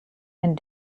and